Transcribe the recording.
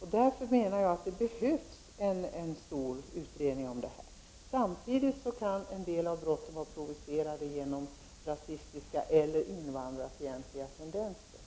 Jag menar att det behövs en stor utredning om detta. Samtidigt kan en del av brotten vara provocerade genom rasistiska eller invandrarfientliga tendenser.